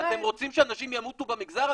אתם רוצים שאנשים ימותו במגזר?